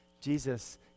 Jesus